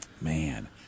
man